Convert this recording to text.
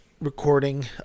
recording